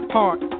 Heart